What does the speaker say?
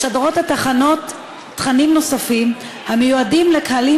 משדרות התחנות תכנים נוספים המיועדים לקהלים